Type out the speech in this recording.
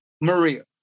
Maria